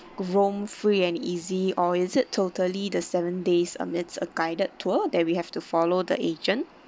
roam free and easy or is it totally the seven days amidst a guided tour that we have to follow the agent